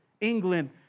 England